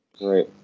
right